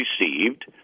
received